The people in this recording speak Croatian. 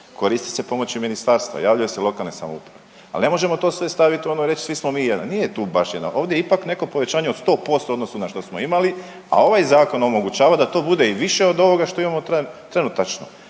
koristi se pomoć ministarstva, javljaju se lokalne samouprave. Ali ne možemo to sve staviti u ono i reći svi smo mi jedan, nije tu baš … ovdje je ipak neko povećanje od 100% u odnosu na što smo imali, a ovaj zakon omogućava da to bude i više od ovoga što imamo trenutačno